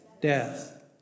death